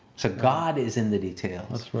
so god is in the details.